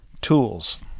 tools